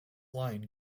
line